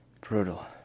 Brutal